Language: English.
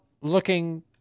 looking